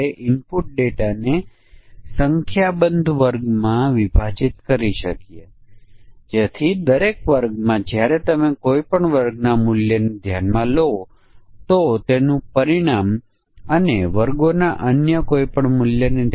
તેથી 15 દિવસ સુધીના ડિપોઝિટ માટે 3 ટકા 15 થી વધુ અને 180 સુધીના ડિપોઝિટ માટે 4 ટકા 180 દિવસથી 1 વર્ષ સુધી ડિપોઝિટ માટે 6 ટકા 1 વર્ષ પરંતુ 3 વર્ષથી ઓછી માટે 7 ટકા અને 3 વર્ષોની ડિપોઝિટ માટે 8 ટકા